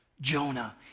Jonah